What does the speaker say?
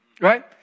Right